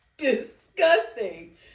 Disgusting